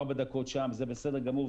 ארבע דקות שם זה בסדר גמור,